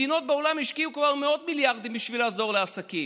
מדינות בעולם השקיעו כבר מאות מיליארדים בשביל לעזור לעסקים,